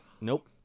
Nope